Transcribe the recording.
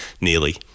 nearly